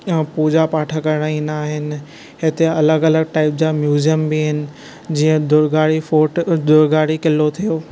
पूजा पाठ करणु ईंदा आहिनि हिते अलॻि अलॻि टाइप जा म्युज़ियम बि आहिनि जीअं दुर्गाड़ी फोर्ट दुर्गाड़ी किलो थियो